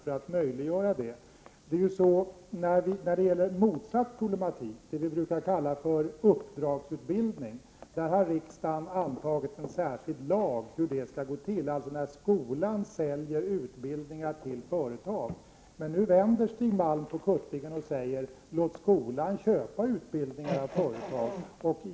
När det gäller den motsatta problematiken, dvs. det vi brukar kalla för uppdragsutbildning, har riksdagen antagit en särskild lag om hur en sådan upphandling skall gå till, dvs. i de fall skolan säljer utbildningar till företag. Men nu vänder Stig Malm på kuttingen och säger: Låt skolan köpa utbildningar av företag.